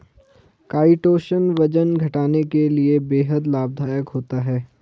chitosan वजन घटाने के लिए बेहद लाभदायक होता है